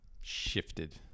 shifted